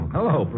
Hello